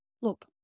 look